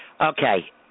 Okay